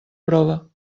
prova